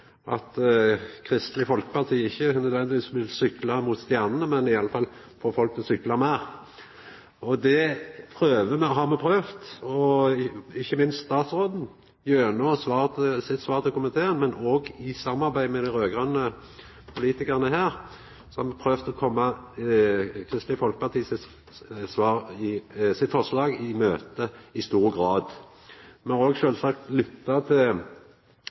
at Kristeleg Folkeparti ikkje nødvendigvis vil sykla mot stjernene, men iallfall få folk til å sykla meir. Der har me – ikkje minst har statsråden gjennom sitt svar til komiteen, men òg i samarbeid med dei raud-grøne politikarane her – prøvd å koma Kristeleg Folkepartis forslag i møte i stor grad. Me har òg sjølvsagt lytta til